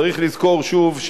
צריך לזכור, שוב,